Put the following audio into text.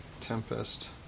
Tempest